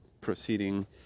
proceeding